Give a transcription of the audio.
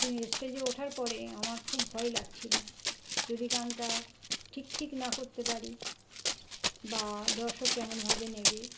কিন্তু স্টেজে ওঠার পরে আমার খুব ভয় লাগছিল যদি গানটা ঠিক ঠিক না করতে পারি বা দর্শক কেমনভাবে নেবে